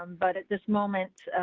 but at this moment,